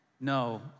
No